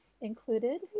included